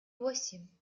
восемь